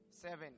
Seven